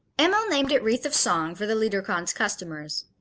emil named it wreath of song for the liederkranz customers.